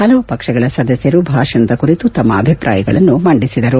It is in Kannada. ಹಲವು ಪಕ್ಷಗಳ ಸದಸ್ಯರು ಭಾಷಣದ ಕುರಿತು ತಮ್ಮ ಅಭಿಪ್ರಾಯಗಳನ್ನು ಮಂಡಿಸಿದರು